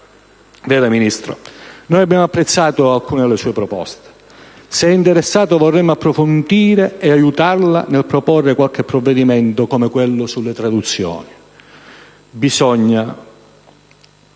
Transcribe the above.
signor Ministro, noi abbiamo apprezzato alcune delle sue proposte. Se è interessato, vorremmo approfondire e aiutarla nel proporre qualche provvedimento come quello sulle traduzioni. Bisogna,